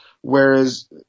Whereas